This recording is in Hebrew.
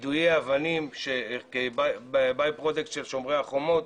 יידויי אבנים שהיו by product של שומר החומות,